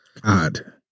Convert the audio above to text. god